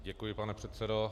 Děkuji, pane předsedo.